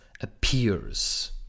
appears